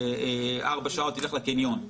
ארבע שעות ילך לקניון.